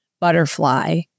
butterfly